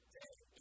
day